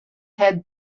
head